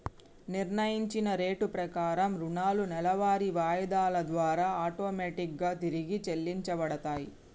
నిర్ణయించిన రేటు ప్రకారం రుణాలు నెలవారీ వాయిదాల ద్వారా ఆటోమేటిక్ గా తిరిగి చెల్లించబడతయ్